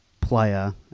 player